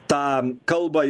tą kalbą